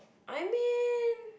I mean